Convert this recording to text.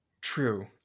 True